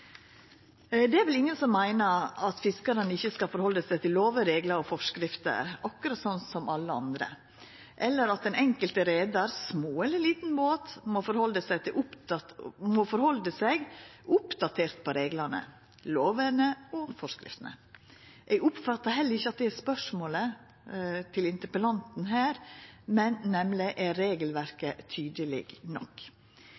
Det er vel ingen som meiner at fiskarane ikkje skal halda seg til lover, reglar og forskrifter, akkurat som alle andre, eller at den enkelte reiar – stor eller liten båt – ikkje må halda seg oppdatert på reglane, lovene og forskriftene. Eg oppfattar heller ikkje at det er spørsmålet til interpellanten her, men om regelverket er